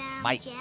Mike